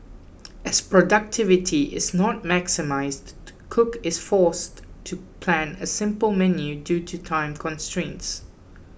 as productivity is not maximised the cook is forced to plan a simple menu due to time constraints